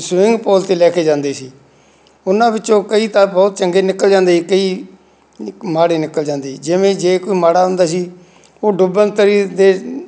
swimming pool 'ਤੇ ਲੈ ਕੇ ਜਾਂਦੇ ਸੀ ਉਹਨਾਂ ਵਿੱਚੋਂ ਕਈ ਤਾਂ ਬਹੁਤ ਚੰਗੇ ਨਿਕਲ ਜਾਂਦੇ ਕਈ ਨਿਕ ਮਾੜੇ ਨਿਕਲ ਜਾਂਦੇ ਸੀ ਜਿਵੇਂ ਜੇ ਕੋਈ ਮਾੜਾ ਹੁੰਦਾ ਸੀ ਉਹ ਡੁੱਬਣ ਤੇਰੀ ਦੇ